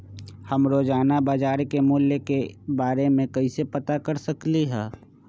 हम रोजाना बाजार के मूल्य के के बारे में कैसे पता कर सकली ह?